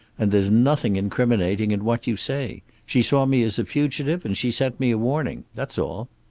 and there's nothing incriminating in what you say. she saw me as a fugitive, and she sent me a warning. that's all.